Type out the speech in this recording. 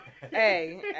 Hey